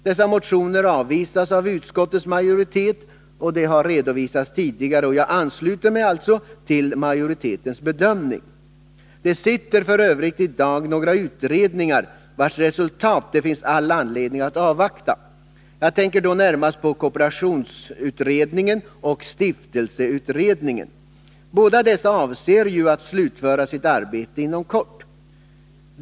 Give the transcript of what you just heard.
Dessa motioner avvisas av utskottets majoritet — det har redovisats tidigare — och jag ansluter mig till majoritetens bedömning. Det sitter i dag några utredningar, vilkas resultat det finns all anledning att avvakta. Jag tänker då närmast på Kooperationsutredningen och stiftelseutredningen. Båda dessa avser att slutföra sitt arbete inom kort.